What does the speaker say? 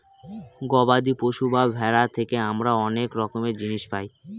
গবাদি পশু বা ভেড়া থেকে আমরা অনেক রকমের জিনিস পায়